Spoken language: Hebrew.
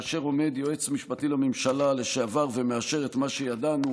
כאשר עומד יועץ משפטי לממשלה לשעבר ומאשר את מה שידענו,